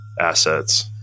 assets